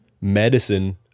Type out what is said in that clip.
medicine